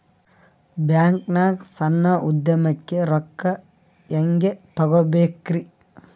ಬ್ಯಾಂಕ್ನಾಗ ಸಣ್ಣ ಉದ್ಯಮಕ್ಕೆ ರೊಕ್ಕ ಹೆಂಗೆ ತಗೋಬೇಕ್ರಿ?